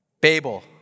Babel